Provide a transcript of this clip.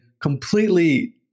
completely